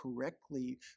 correctly